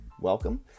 welcome